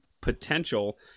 potential